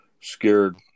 scared